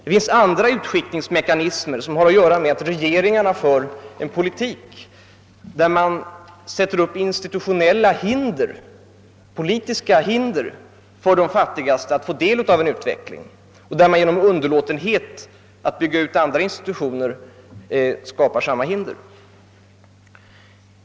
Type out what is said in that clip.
Det finns andra utskiktningsmekanismer som har att göra med att regeringarna för en politik, där man sätter upp institutionella och politiska hinder för de fattigaste för att tillgodogöra sig en utveckling, eller som betyder att man genom underlåtenhet att bygga ut andra institutioner skapar samma slags hinder.